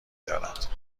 دارد